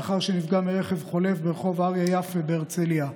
לאחר שנפגע מרכב חולף ברחוב אריה יפה בהרצליה.